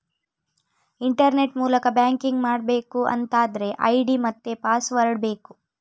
internet ಮೂಲಕ banking ಮಾಡ್ಬೇಕು ಅಂತಾದ್ರೆ ಐಡಿ ಮತ್ತೆ ಪಾಸ್ವರ್ಡ್ ಬೇಕು